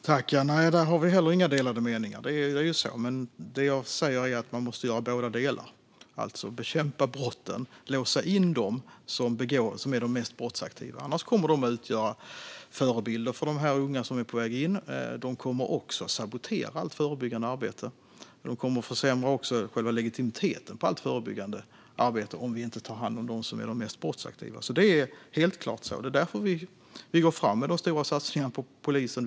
Fru talman! Där har vi heller inga delade meningar. Det jag säger är att man måste göra båda delar. Man måste bekämpa brotten och låsa in de mest brottsaktiva. Om vi inte tar hand om dem kommer de att utgöra förebilder för de unga som är på väg in, sabotera allt förebyggande arbete och försämra själva legitimiteten för allt förebyggande arbete. Det är helt klart så, och det är därför vi går fram med de stora satsningarna på polisen.